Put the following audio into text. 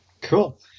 Cool